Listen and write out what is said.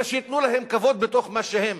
אלא שייתנו להם כבוד בתוך מה שהם.